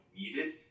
needed